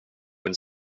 when